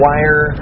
Wire